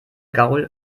gaul